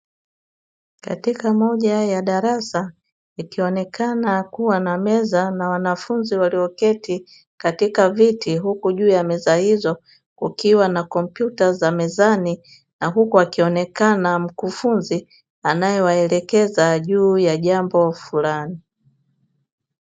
Katika moja ya darasa, ikionekana kuwa na meza na wanafunzi walioketi katika viti huku juu ya meza hizo kukiwa na kompyuta za mezani, na huku akionekana mkufunzi anaewaelekeza juu ya jambo fulani.